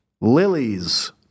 Lilies